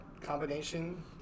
combination